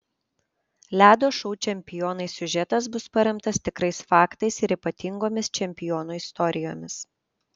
ledo šou čempionai siužetas bus paremtas tikrais faktais ir ypatingomis čempionų istorijomis